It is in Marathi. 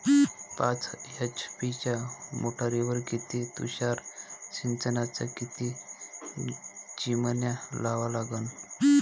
पाच एच.पी च्या मोटारीवर किती तुषार सिंचनाच्या किती चिमन्या लावा लागन?